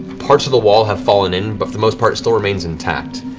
parts of the wall have fallen in, but for the most part still remains intact,